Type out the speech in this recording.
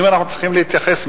אם אנחנו צריכים להתייחס,